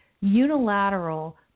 unilateral